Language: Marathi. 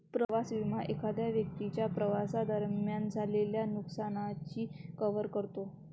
प्रवास विमा एखाद्या व्यक्तीच्या प्रवासादरम्यान झालेल्या नुकसानाची कव्हर करतो